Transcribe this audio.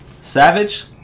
Savage